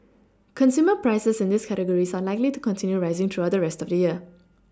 consumer prices in these categories are likely to continue rising throughout the rest of the year